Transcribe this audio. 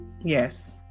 Yes